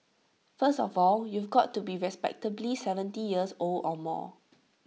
first of all you've got to be respectably seventy years old or more